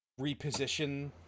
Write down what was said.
reposition